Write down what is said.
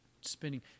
spinning